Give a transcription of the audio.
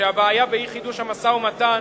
שהבעיה באי-חידוש המשא-ומתן